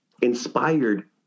inspired